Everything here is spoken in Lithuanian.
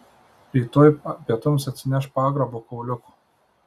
rytoj pietums atsineš pagrabo kauliukų